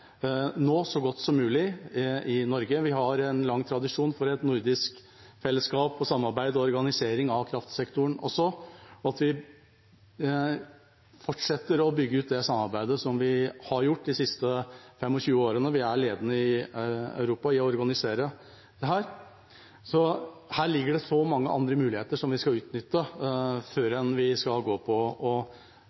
så godt som mulig i Norge. Vi har også en lang tradisjon for nordisk fellesskap, samarbeid og organisering av kraftsektoren, og vi bør fortsette å bygge ut det samarbeidet, som vi har gjort de siste 25 årene. Vi er ledende i Europa i å organisere dette. Her ligger det så mange andre muligheter vi skal utnytte før vi går inn og diskuterer hvilke vassdrag vi eventuelt skal gå løs på.